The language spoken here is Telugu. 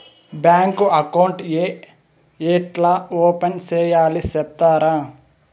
బ్యాంకు అకౌంట్ ఏ ఎట్లా ఓపెన్ సేయాలి సెప్తారా?